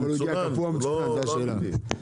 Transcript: צודק.